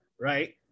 right